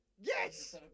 Yes